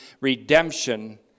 redemption